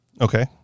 Okay